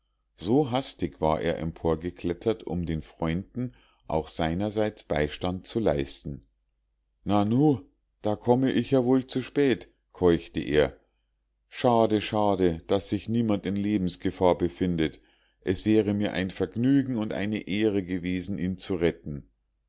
so hastig war er emporgeklettert um den freunden auch seinerseits beistand zu leisten nanu da komme ich ja wohl zu spät keuchte er schade schade daß sich niemand in lebensgefahr befindet es wäre mir ein vergnügen und eine ehre gewesen ihn zu retten